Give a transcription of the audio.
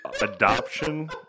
adoption